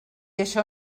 això